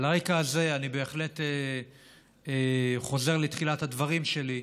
על הרקע הזה, אני בהחלט חוזר לתחילת הדברים שלי,